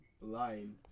line